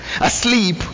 asleep